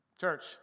Church